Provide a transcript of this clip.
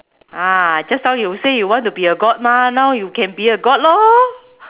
ah just now you say you want to be a god mah now you can be a god lor